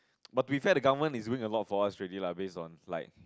but beside the government is doing a lot for us already lah base on like